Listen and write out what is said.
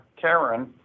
Karen